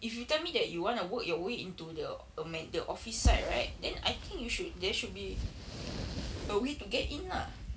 if you tell me that you want to work your way into the err man~ the office side right then I think you should there should be a way to get in lah